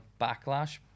backlash